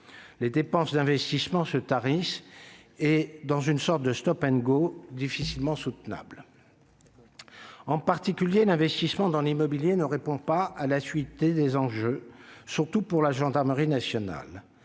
les dépenses d'investissement se tarissent, dans une sorte de difficilement soutenable. En particulier, l'investissement dans l'immobilier ne répond pas à l'acuité des enjeux, surtout pour la gendarmerie nationale.